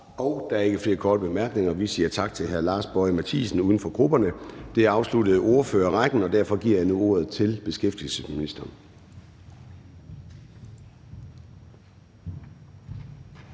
Der er ikke flere korte bemærkninger, og så siger vi tak til hr. Lars Boje Mathiesen, uden for grupperne. Det afsluttede ordførerrækken, og derfor giver jeg nu ordet til beskæftigelsesministeren.